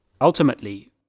Ultimately